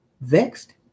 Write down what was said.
vexed